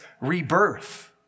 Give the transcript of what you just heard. rebirth